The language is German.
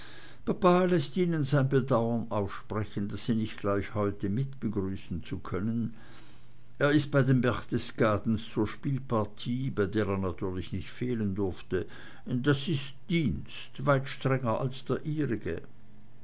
sein bedauern aussprechen sie nicht gleich heute mit begrüßen zu können er ist bei den berchtesgadens zur spielpartie bei der er natürlich nicht fehlen durfte das ist dienst weit strenger als der ihrige